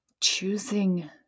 choosing